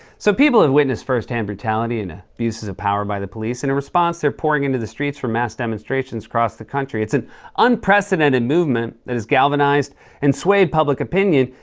so, people have witnessed firsthand brutality and abuses of power by the police. and in response, they're pouring into the streets for mass demonstrations across the country. it's an unprecedented movement that has galvanized and swayed public opinion,